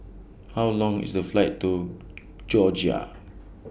How Long IS The Flight to Georgia